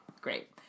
Great